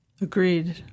agreed